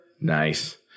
Nice